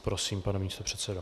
Prosím, pane místopředsedo.